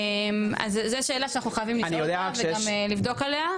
אז זה שאלה שאנחנו חייבים לפתור אותה וגם לבדוק עליה.